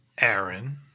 Aaron